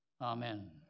Amen